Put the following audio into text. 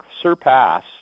surpass